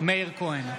מאיר כהן,